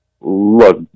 look